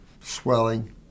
swelling